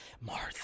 Martha